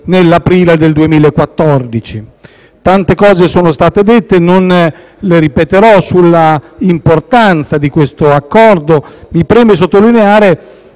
grazie.